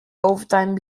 overtime